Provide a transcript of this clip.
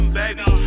baby